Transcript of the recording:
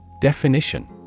Definition